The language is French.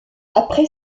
après